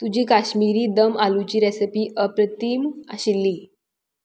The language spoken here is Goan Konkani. तुजी काश्मीरी दम आलूची रेसिपी अप्रतिम आशिल्ली